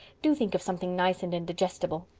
do think of something nice and indigestible.